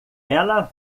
ela